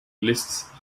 lists